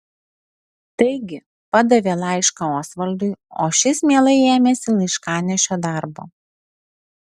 taigi padavė laišką osvaldui o šis mielai ėmėsi laiškanešio darbo